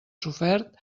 sofert